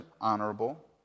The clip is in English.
honorable